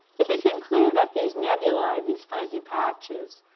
it became clear that these nebulae, these fuzzy patches,